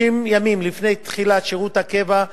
30 ימים לפני תחילת שירות הקבע,